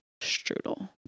strudel